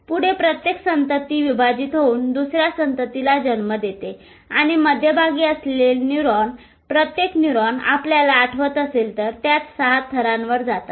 पुढे प्रत्येक संतती विभाजित होऊन दुसऱ्या संततीला जन्म देते आणि मध्यभागी असलेले न्यूरॉन प्रत्येक न्यूरॉन आपल्याला आठवत असेल तर त्या 6 थरांवर जातात